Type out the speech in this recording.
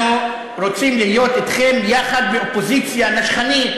אנחנו רוצים להיות אתכם יחד באופוזיציה נשכנית,